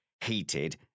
heated